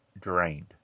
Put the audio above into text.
drained